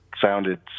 sounded